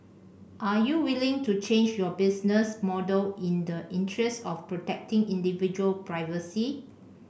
are you willing to change your business model in the interest of protecting individual privacy